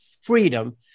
freedom